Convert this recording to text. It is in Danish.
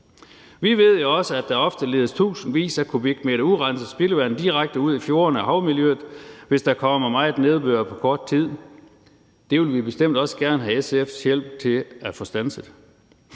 Vi ved jo også, at der ofte ledes tusindvis af kubikmeter urenset spildevand direkte ud i fjordene og havmiljøet, hvis der kommer meget nedbør på kort tid. Det vil vi bestemt også gerne have SF's hjælp til at få standset.